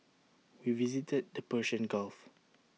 we visited the Persian gulf